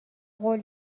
قول